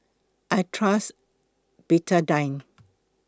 I Trust Betadine